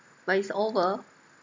but it's over